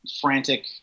frantic